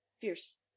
fierce